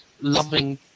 loving